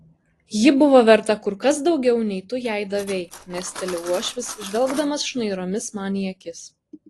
ji buvo verta kur kas daugiau nei tu jai davei mesteli uošvis žvelgdamas šnairomis man į akis